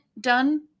done